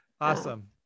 Awesome